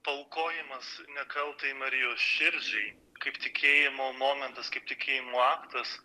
paaukojimas nekaltajai marijos širdžiai kaip tikėjimo momentas kaip tikėjimo aktas